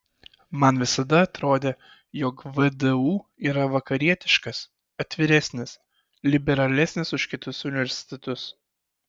man visada atrodė jog vdu yra vakarietiškas atviresnis liberalesnis už kitus universitetus